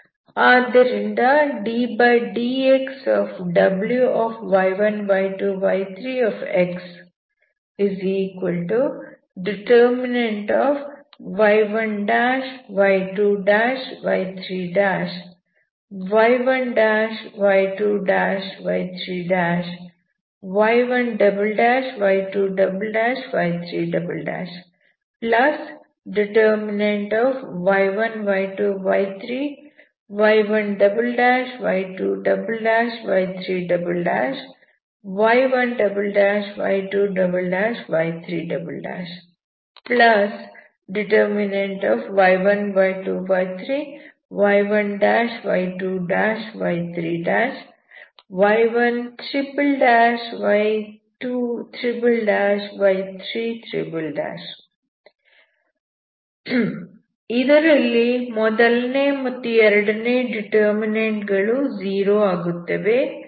ಆದ್ದರಿಂದ ಇದರಲ್ಲಿ ಮೊದಲನೇ ಮತ್ತು ಎರಡನೇ ಡಿಟರ್ಮಿನಂಟ್ ಗಳು 0 ಆಗುತ್ತವೆ